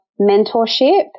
mentorship